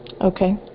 Okay